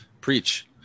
Preach